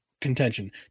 contention